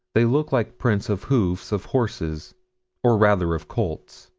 they look like prints of hoofs of horses or, rather, of colts.